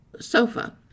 sofa